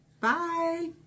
Bye